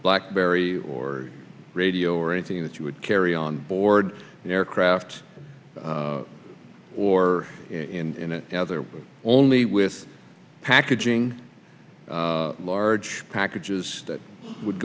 blackberry or radio or anything that you would carry on board aircraft or in other only with packaging large packages that would